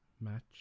Match